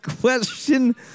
Question